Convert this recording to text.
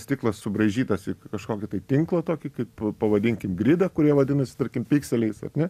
stiklas subraižytas į kažkokį tai tinklą tokį kaip pavadinkim gridą vadinasi tarkim pikseliais ar ne